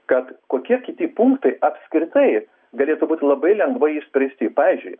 kad kokie kiti punktai apskritai galėtų būt labai lengvai išspręsti pavyzdžiui